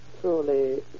Truly